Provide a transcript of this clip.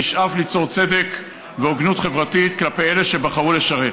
וישאף ליצור צדק והוגנות חברתית כלפי אלה שבחרו לשרת.